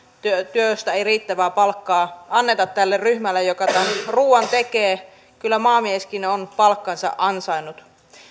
työstä ei riittävää palkkaa anneta tälle ryhmälle joka tämän ruuan tekee kyllä maamieskin on palkkansa ansainnut